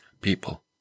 people